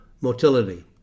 motility